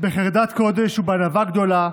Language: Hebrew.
בחרדת קודש ובענווה גדולה,